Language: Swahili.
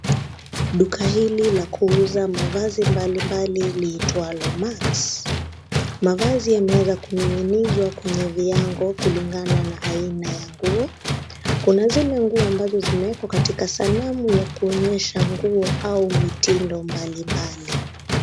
Duka hili la kuuza mavazi mbalilmbali liitwalo Max , mavazi yameweza kuning'inizwa kwenye viango kulingana na aina ya nguo, kuna zile nguo ambazo zimeekwa katika sanamu ya kuonyesha nguo au mitindo mbalimbali.